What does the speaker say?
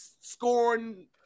scoring